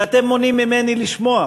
ואתם מונעים ממני לשמוע.